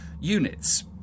units